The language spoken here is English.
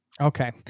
Okay